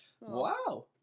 Wow